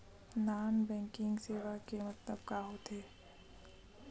Non banking सेवा के मतलब का होथे?